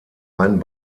ein